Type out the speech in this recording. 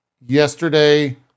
Yesterday